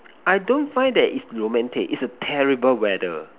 I don't find that it's romantic it's a terrible weather